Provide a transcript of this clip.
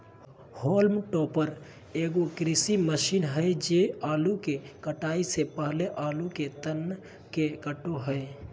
haulm topper एगो कृषि machine हइ जे आलू के कटाई से पहले आलू के तन के काटो हइ